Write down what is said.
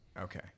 Okay